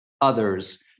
others